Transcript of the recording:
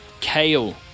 Kale